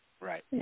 Right